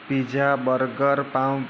pizza burger pav